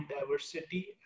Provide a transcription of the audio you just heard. diversity